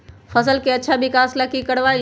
फसल के अच्छा विकास ला की करवाई?